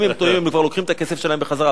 אם הם טועים הם כבר לוקחים את הכסף שלהם בחזרה.